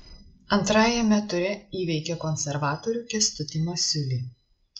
antrajame ture įveikė konservatorių kęstutį masiulį